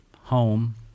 home